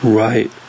right